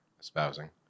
espousing